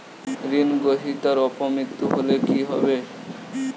ঋণ গ্রহীতার অপ মৃত্যু হলে কি হবে?